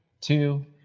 two